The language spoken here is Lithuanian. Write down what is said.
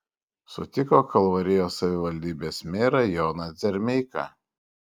sutiko kalvarijos savivaldybės merą joną dzermeiką